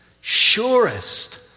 surest